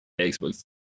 Xbox